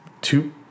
two